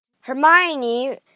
Hermione